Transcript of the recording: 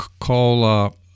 call